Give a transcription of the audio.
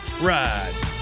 ride